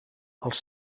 els